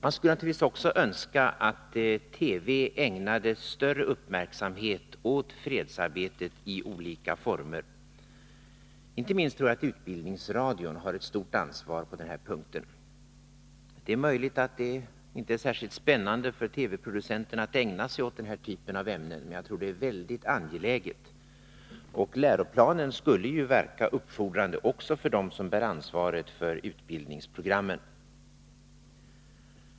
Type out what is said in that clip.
Man kan naturligtvis önska att TV ägnade större uppmärksamhet åt fredsarbetet i olika former. Inte minst tror jag att utbildningsradion har ett stort ansvar på den punkten. Det är möjligt att det inte är särskilt spännande för TV-producenterna att ägna sig åt den här typen av ämnen, men jag tror att det är väldigt angeläget. Läroplanen skulle verka uppfordrande också för dem som bär ansvaret för utbildningsprogrammen.